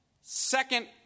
Second